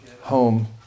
home